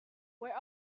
where